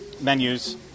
menus